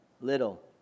little